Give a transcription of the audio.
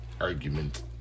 argument